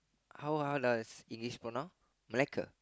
how how does it pronounce Melaka